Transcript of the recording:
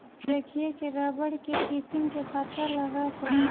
देखिए के रबड़ के किस्म के पता लगा सकेला